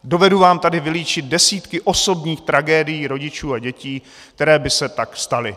Dovedu vám tady vylíčit desítky osobních tragédií rodičů a dětí, které by se tak staly.